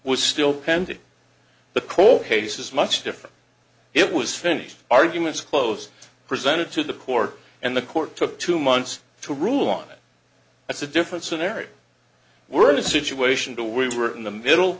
pending the cole case is much different it was finished arguments close presented to the court and the court took two months to rule on it it's a different scenario we're in a situation to we were in the middle